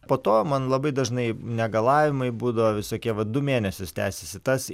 po to man labai dažnai negalavimai būdavo visokie vat du mėnesius tęsėsi tas